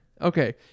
Okay